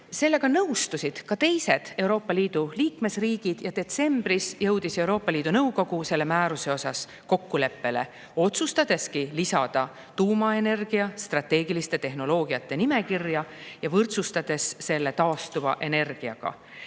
nõustusid ka teised Euroopa Liidu liikmesriigid. Detsembris jõudis Euroopa Liidu Nõukogu selles määruses kokkuleppele, otsustadeski lisada tuumaenergia strateegiliste tehnoloogiate nimekirja ja võrdsustades selle taastuva energiaga.